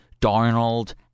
Darnold